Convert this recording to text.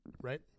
right